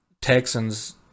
Texans